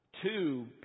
Two